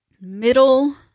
Middle